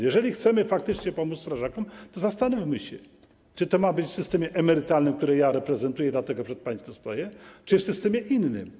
Jeżeli chcemy faktycznie pomóc strażakom, to zastanówmy się, czy to ma być w systemie emerytalnym, który reprezentuję, dlatego przed państwem stoję, czy w systemie innym.